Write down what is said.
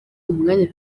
umwanya